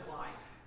life